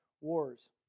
wars